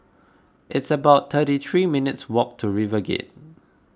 it's about thirty three minutes' walk to RiverGate